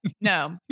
No